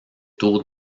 tours